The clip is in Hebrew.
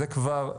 זה כבר,